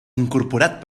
incorporat